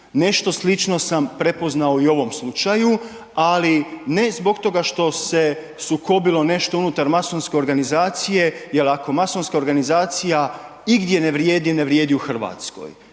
Nešto slično sam prepoznao i u ovom slučaju, ali ne zbog toga što se sukobilo nešto unutar masonske organizacije jer ako masonska organizacija igdje ne vrijedi, ne vrijedi u Hrvatskoj